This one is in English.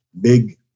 big